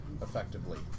effectively